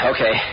Okay